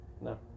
No